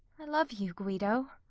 i love you, guido.